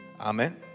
Amen